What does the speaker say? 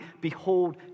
behold